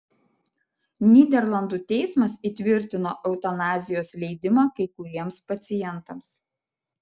nyderlandų teismas įtvirtino eutanazijos leidimą kai kuriems pacientams